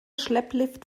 schlepplift